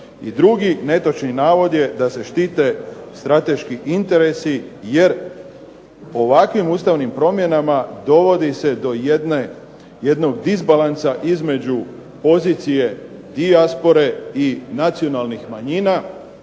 I drugi netočni navod je da se štite strateški interesi, jer ovakvim ustavnim promjenama dovodi se do jednog disbalansa između pozicije dijaspore i nacionalnih manjina